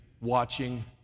watching